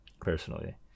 personally